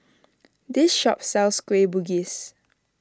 this shop sells Kueh Bugis